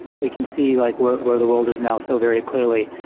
we can see like where where the wor ld is now so very clearly.